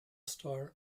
star